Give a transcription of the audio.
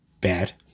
bad